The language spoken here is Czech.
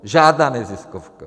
Žádná neziskovka!